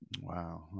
wow